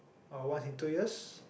or once in two years